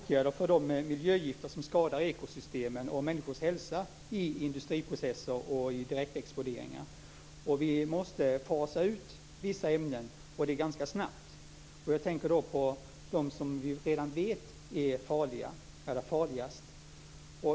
Fru talman! Vi behöver kraftiga åtgärder för de miljögifter som skadar ekosystemen och människors hälsa i industriprocesser och direktexponeringar. Vi måste fasa ut vissa ämnen, och det ganska snabbt. Jag tänker på dem som vi redan vet är farligast.